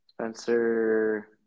Spencer